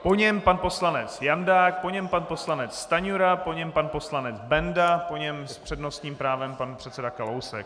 Po něm pan poslanec Jandák, po něm pan poslanec Stanjura, po něm pan poslanec Benda, po něm s přednostním právem pan předseda Kalousek.